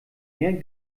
mehr